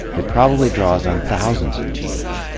it probably draws on thousands of genes.